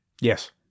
Yes